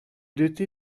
doté